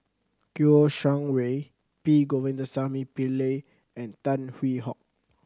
Kouo Shang Wei P Govindasamy Pillai and Tan Hwee Hock